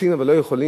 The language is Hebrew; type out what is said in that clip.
רוצים אבל לא יכולים.